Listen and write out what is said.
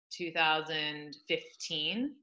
2015